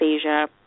Asia